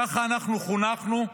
ככה אנחנו חונכנו,